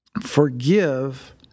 forgive